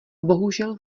bohužel